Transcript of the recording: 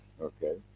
Okay